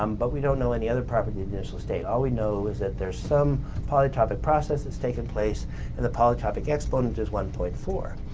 um but we don't know any other property in the initial state all we know is that there's some polytropic process that's taken place and the polytropic exponent is one point four.